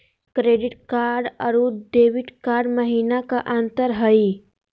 Credit card अरू debit card महिना का अंतर हई?